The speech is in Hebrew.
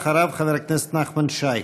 אחריו, חבר הכנסת נחמן שי.